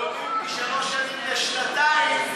להוריד משלוש שנים לשנתיים,